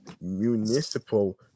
municipal